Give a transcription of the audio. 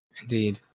Indeed